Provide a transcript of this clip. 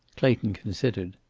clayton considered.